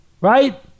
Right